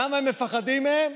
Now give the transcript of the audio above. למה הם מפחדים מהם?